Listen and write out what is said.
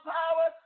power